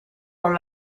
con